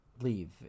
leave